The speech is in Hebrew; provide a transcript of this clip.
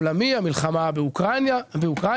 עולמי - המלחמה באוקראינה,